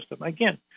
again